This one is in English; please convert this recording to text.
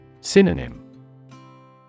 Synonym